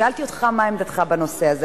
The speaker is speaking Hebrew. ושאלתי אותך מה עמדתך בנושא הזה.